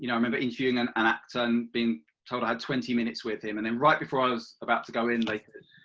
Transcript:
you know i remember interviewing and an actor and being told i had twenty minutes with him and and right before i was about to go in like